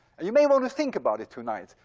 and you may want to think about it tonight,